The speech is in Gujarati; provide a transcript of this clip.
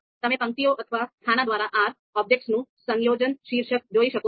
તમે પંક્તિઓ અથવા ખાના દ્વારા R ઑબ્જેક્ટ્સનું સંયોજન શીર્ષક જોઈ શકો છો